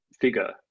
figure